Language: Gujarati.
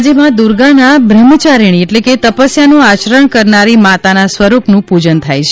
આજે માં દુર્ગાના બ્રમ્હચારીણી એટલે કે તપસ્યાનું આચરણ કરનારી માતાના સ્વરૂપનું પૂજન થાય છે